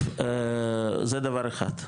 זה דבר אחד.